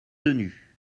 tenu